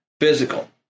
physical